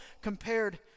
compared